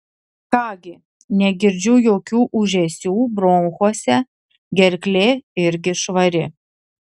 ką gi negirdžiu jokių ūžesių bronchuose gerklė irgi švari